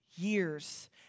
years